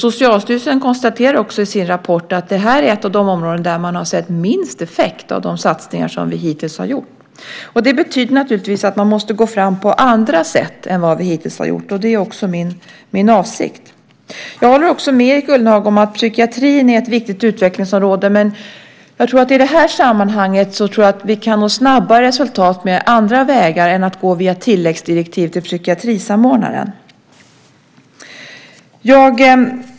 Socialstyrelsen konstaterar också i sin rapport att det här är ett av de områden där man har sett minst effekt av de satsningar som vi hittills har gjort. Det betyder naturligtvis att man måste gå fram på andra sätt än vi hittills har gjort, och det är också min avsikt. Jag håller också med Erik Ullenhag om att psykiatrin är ett viktigt utvecklingsområde, men i det här sammanhanget tror jag att vi kan nå snabbare resultat på andra vägar än att gå via tilläggsdirektiv till psykiatrisamordnaren.